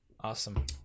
awesome